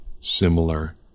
similar